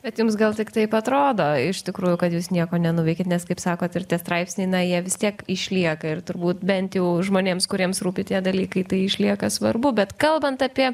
bet jums gal tik taip atrodo iš tikrųjų kad jūs nieko nenuveikėt nes kaip sakot ir tie straipsniai na jie vis tiek išlieka ir turbūt bent jau žmonėms kuriems rūpi tie dalykai tai išlieka svarbu bet kalbant apie